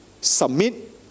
submit